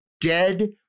dead